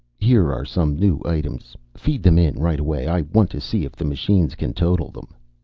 here are some new items. feed them in right away. i want to see if the machines can total them.